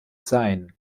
sayn